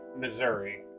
Missouri